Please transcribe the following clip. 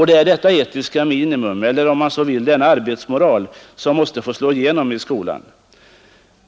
Det är detta etiska minimum eller — om man så vill — denna arbetsmoral som måste få slå igenom i skolan.